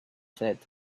said